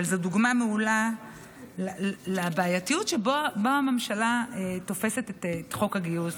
זו דוגמה מעולה לבעייתיות שבה הממשלה תופסת את חוק הגיוס.